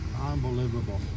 Unbelievable